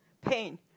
pain